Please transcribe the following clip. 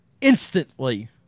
instantly